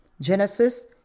Genesis